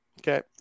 Okay